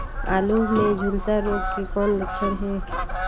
आलू मे झुलसा रोग के कौन लक्षण हे?